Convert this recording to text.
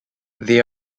they